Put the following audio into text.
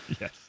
Yes